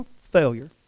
failure